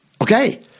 Okay